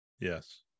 Yes